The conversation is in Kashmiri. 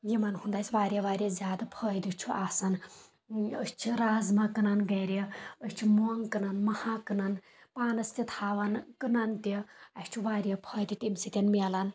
یِمن ہُنٛد اَسہِ واریاہ واریاہ زیادٕ فٲیِدٕ چھُ آسان أسۍ چھِ رازمہ کٕنان گرِ أسۍ چھ مونٛگ کٕنان گرِ مہا کٕنان پانَس تہِ تھاوان کٕنان تہِ اَسہِ چُھ واریاہ فٲیِدٕ تَمہِ سۭتۍ مِلان